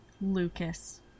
Lucas